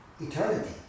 eternity